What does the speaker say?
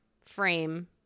frame